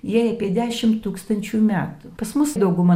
jai apie dešimt tūkstančių metų pas mus dauguma